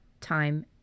time